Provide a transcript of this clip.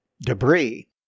Debris